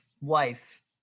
wife